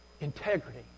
Integrity